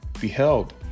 beheld